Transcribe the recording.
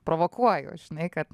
provokuoju žinai kad